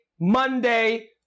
Monday